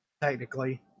technically